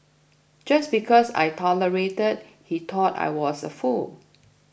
just because I tolerated he thought I was a fool